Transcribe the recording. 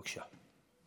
בבקשה.